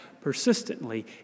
persistently